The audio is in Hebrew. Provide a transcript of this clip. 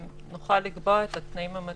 נוכל לקבוע את התנאים המתאימים.